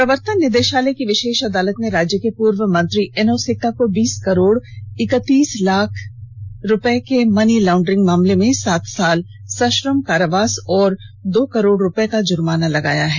प्रवर्तन निदेषालय की विषेष अदालत ने राज्य के पूर्व मंत्री एनोस एक्का को बीस करोड इकतीस लाख के मनी लाउडरिंग मामले में सात साल सश्रम कारावास और दो करोड़ रुपए का जुर्माना लगाया है